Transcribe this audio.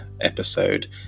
episode